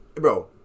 bro